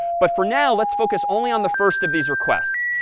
but for now, let's focus only on the first of these requests.